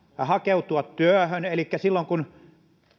hakeutua työhön elikkä silloin kun